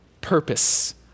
Purpose